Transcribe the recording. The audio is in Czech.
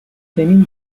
stejným